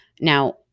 Now